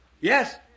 Yes